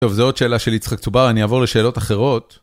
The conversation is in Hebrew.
טוב, זו עוד שאלה של יצחק צובר, אני אעבור לשאלות אחרות.